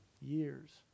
years